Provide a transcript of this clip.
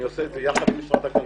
אני עושה את זה יחד עם משרד הכלכלה,